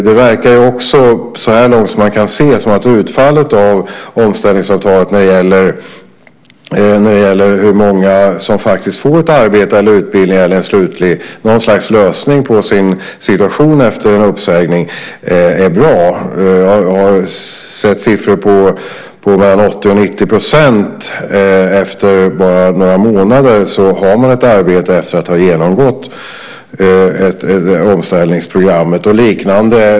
Det verkar också, så långt som man kan se, som att utfallet av omställningsavtalet när det gäller hur många som faktiskt får arbete, utbildning eller någon slags lösning på sin situation efter en uppsägning är bra. Jag har sett siffror på mellan 80 och 90 % efter bara några månader. Då har man ett arbete efter att ha genomgått omställningsprogrammet.